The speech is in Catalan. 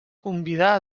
convidar